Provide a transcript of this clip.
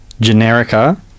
Generica